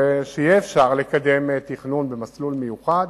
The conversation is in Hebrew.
צריך שיהיה אפשר לקדם תכנון במסלול מיוחד,